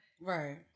Right